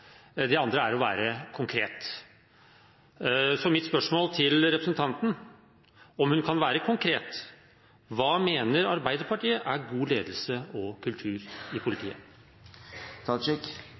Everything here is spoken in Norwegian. Det andre er å være konkret. Så mitt spørsmål til representanten er om hun kan være konkret: Hva mener Arbeiderpartiet er god ledelse og kultur i